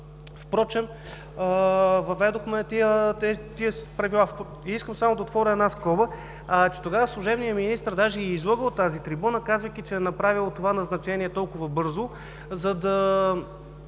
това въведохме тези правила. Искам само да отворя една скоба – тогава служебният министър даже излъга от тази трибуна, казвайки, че е направил това назначение толкова бързо, защото